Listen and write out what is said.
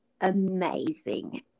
amazing